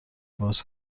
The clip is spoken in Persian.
باز